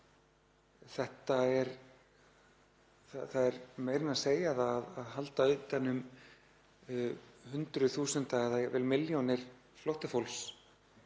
Það er meira en að segja það að halda utan um hundruð þúsunda eða jafnvel milljónir flóttafólks